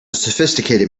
sophisticated